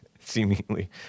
Seemingly